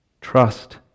Trust